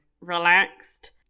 Relaxed